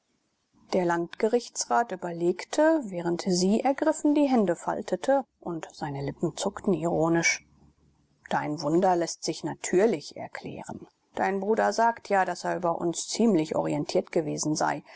der landgerichtsrat überlegte während sie ergriffen die hände faltete und seine lippen zuckten ironisch dein wunder läßt sich natürlich erklären dein bruder sagt ja daß er über uns ziemlich orientiert gewesen sei